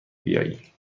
بیایی